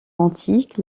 antique